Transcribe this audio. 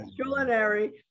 culinary